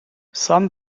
some